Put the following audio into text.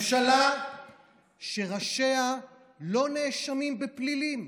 ממשלה שראשיה לא נאשמים בפלילים,